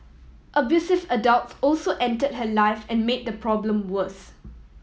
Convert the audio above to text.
abusive adults also entered her life and made the problem worse